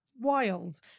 wild